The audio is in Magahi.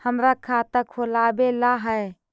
हमरा खाता खोलाबे ला है?